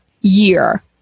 year